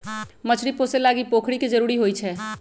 मछरी पोशे लागी पोखरि के जरूरी होइ छै